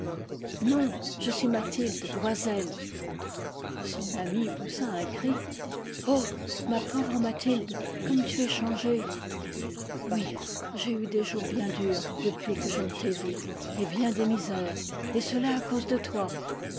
non je suis mathilde loisel son amie poussa un cri oh ma pauvre mathilde comme tu es changée oui j'ai eu des jours bien durs depuis que je ne t'ai vue et bien des misères et cela à cause de toi